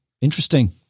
Interesting